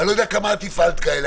אני לא יודע כמה את הפעלת כאלה.